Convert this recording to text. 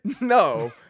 no